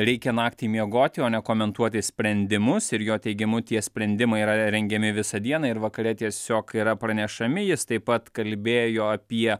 reikia naktį miegoti o ne komentuoti sprendimus ir jo teigimu tie sprendimai yra rengiami visą dieną ir vakare tiesiog yra pranešami jis taip pat kalbėjo apie